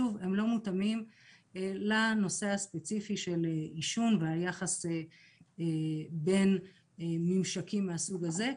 הם לא מותאמים לנושא הספציפי של עישון והיחס בין ממשקים מהסוג הזה,